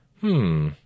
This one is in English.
Hmm